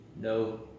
no